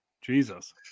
Jesus